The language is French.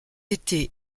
été